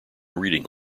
reading